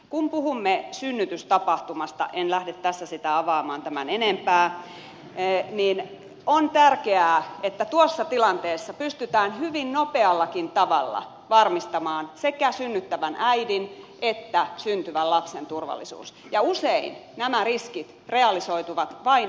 kun puhumme synnytystapahtumasta en lähde tässä sitä avaamaan tämän enempää on tärkeää että tuossa tilanteessa pystytään hyvin nopeallakin tavalla varmistamaan sekä synnyttävän äidin että syntyvän lapsen turvallisuus ja usein nämä riskit realisoituvat vain minuuttien aikana